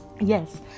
Yes